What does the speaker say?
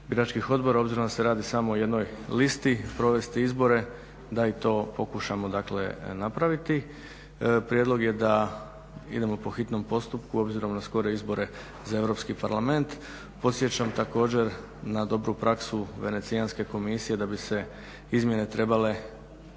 biračkih odbora, obzirom da se radi samo o jednoj listi, provesti izbore, da i to pokušamo dakle napraviti. Prijedlog je da idemo po hitnom postupku obzirom na skorije izbore za Europski parlament. Podsjećam također na dobru praksu Venecijanske komisije da bi se izmjene trebale